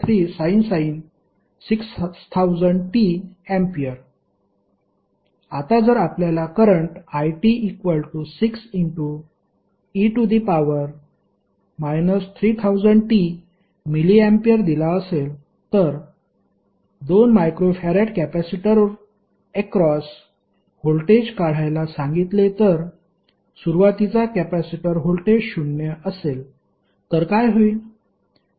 3sin 6000t A आता जर आपल्याला करंट it6e 3000tmA दिला असेल तर 2 μF कॅपेसिटर अक्रॉस व्होल्टेज काढायला सांगितले तर सुरुवातीचा कॅपेसिटर व्होल्टेज शून्य असेल तर काय होईल